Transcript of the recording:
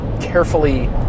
carefully